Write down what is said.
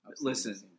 Listen